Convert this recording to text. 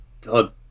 God